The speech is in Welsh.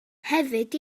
hefyd